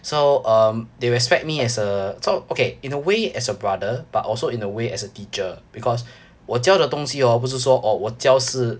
so um they respect me as a so okay in a way as a brother but also in a way as a teacher because 我教的东西哦不是说哦我教是